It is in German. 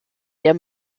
der